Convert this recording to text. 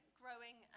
growing